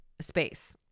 space